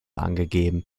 angegeben